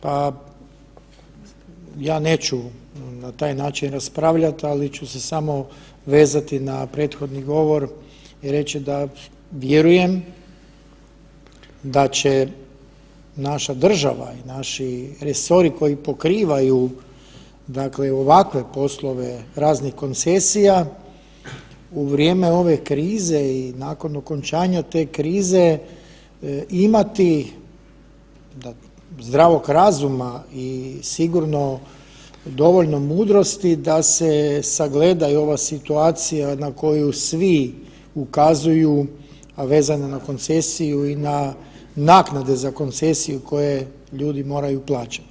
Pa, ja neću na taj način raspravljati, ali ću se samo vezati na prethodni govor i reći da vjerujem da će naša država, naši resori koji pokrivaju dakle ovakve poslove raznih koncesija u vrijeme ove krize i nakon okončanja te krize imati zdravog razuma i sigurno dovoljno mudrosti da se sagleda i ova situacija na koju svi ukazuju, a vezano na koncesiju i na naknade za koncesiju koje ljudi moraju plaćati.